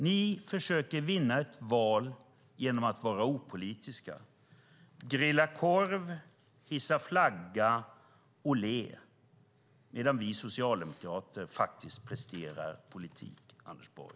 Ni försöker vinna ett val genom att vara opolitiska - grilla korv, hissa flagga och le - medan vi socialdemokrater faktiskt presterar politik, Anders Borg.